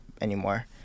anymore